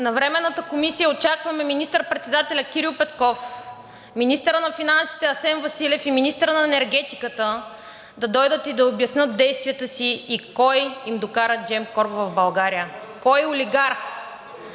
на временната комисия очакваме министър-председателя Кирил Петков, министъра на финансите Асен Василев и министъра на енергетиката да дойдат и да обяснят действията си и кой им докара Gemcorp в България? Кой олигарх?